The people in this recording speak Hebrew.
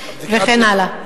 וכן הלאה.